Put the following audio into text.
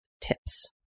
Tips